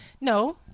No